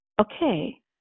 Okay